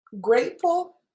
grateful